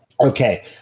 Okay